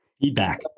Feedback